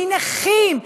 מנכים,